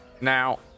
Now